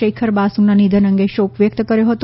શેખર બાસુના નિધન અંગે શોક વ્યક્ત કર્યો હતો